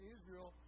Israel